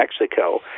Mexico